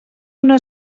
una